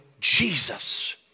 Jesus